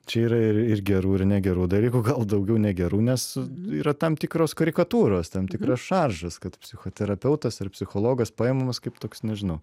čia yra ir ir gerų ir negerų dalykų gal daugiau negerų nes yra tam tikros karikatūros tam tikras šaržas kad psichoterapeutas ar psichologas paimamas kaip toks nežinau